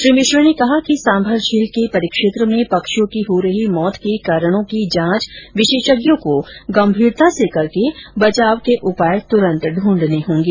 श्री मिश्र ने कहा कि सांभर झील के परिक्षेत्र में पक्षियों की हो रही मौत के कारणों की जांच विशेषज्ञों को गंभीरता से करके बचाव के उपाय तत्काल ढूंढ़ने होंगे